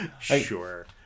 Sure